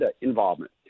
involvement